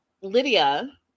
Lydia